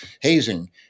hazing